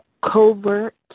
covert